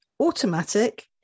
automatic